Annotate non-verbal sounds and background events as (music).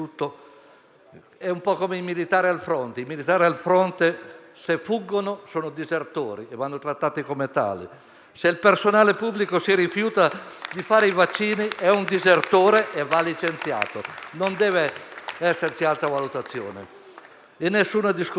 un po' come per i militari al fronte. I militari al fronte che fuggono sono disertori e vanno trattati come tali. (applause) Se il personale pubblico si rifiuta di fare i vaccini è disertore e va licenziato: non deve esserci altra valutazione e nessuna discussione.